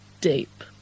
deep